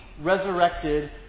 resurrected